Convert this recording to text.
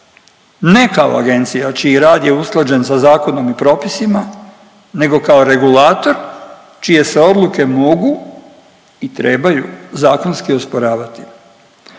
Ne kao agencija čiji rad je usklađen sa zakonom i propisima nego kao regulator čije se odluke mogu i trebaju zakonski osporavati,